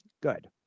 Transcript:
Good